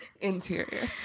Interior